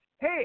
Hey